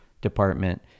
department